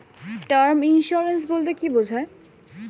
Term insurance বলতে কী বোঝায়?